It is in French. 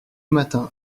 matins